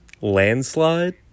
Landslide